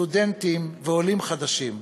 סטודנטים ועולים חדשים.